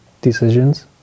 decisions